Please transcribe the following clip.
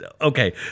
Okay